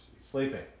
sleeping